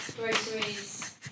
Groceries